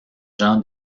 jean